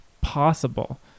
possible